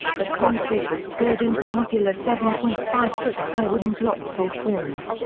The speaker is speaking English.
the concrete was poured into modular seven point five foot high wooden blocks or forms,